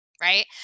right